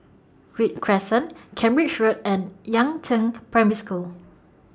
Read Crescent Cambridge Road and Yangzheng Primary School